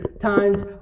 times